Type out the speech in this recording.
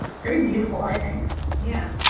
very beautiful, i think yeah.